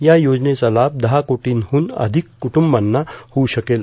या योजनेचा लाभ दहा कोर्टीहून अधिक कुट्रंबांना होऊ शकेल